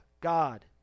God